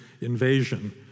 invasion